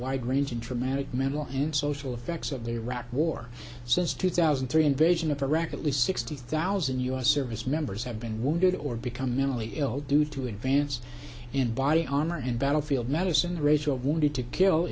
wide ranging traumatic mental and social effects of the iraq war since two thousand and three invasion of iraq at least sixty thousand u s service members have been wounded or become mentally ill due to advance in body armor and battlefield medicine the ratio of wanted to kill